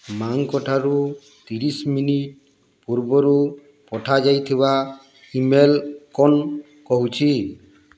ମାଁଙ୍କ ଠାରୁ ତିରିଶ ମିନିଟ୍ ପୂର୍ବରୁ ପଠାଯାଇଥିବା ଇମେଲ୍ କଣ କହୁଛି